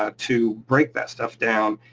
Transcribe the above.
ah to break that stuff down.